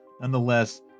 nonetheless